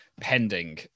pending